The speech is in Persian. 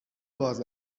باز